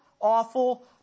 awful